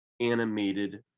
animated